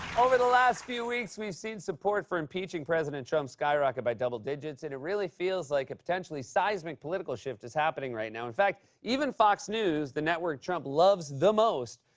over the last few weeks, we've seen support for impeaching president trump skyrocket by double digits, and it really feels like a potentially seismic political shift is happening right now. in fact, even fox news, the network trump loves the most,